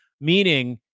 meaning